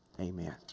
amen